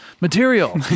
material